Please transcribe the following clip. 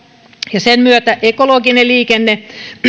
ja sen myötä ekologinen liikenne edellyttävät